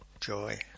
joy